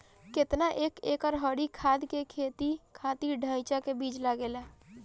केतना एक एकड़ हरी खाद के खातिर ढैचा के बीज लागेला?